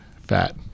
Fat